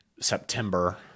September